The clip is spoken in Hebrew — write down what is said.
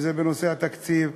אם בנושא התקציב,